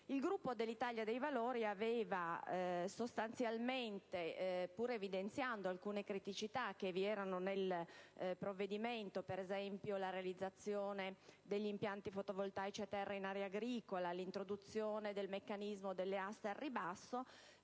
il Gruppo dell'Italia dei Valori, pur evidenziando alcune criticità contenute nel provvedimento, come la realizzazione degli impianti fotovoltaici a terra in area agricola e l'introduzione del meccanismo delle aste al ribasso,